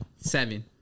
seven